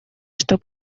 что